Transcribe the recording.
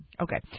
Okay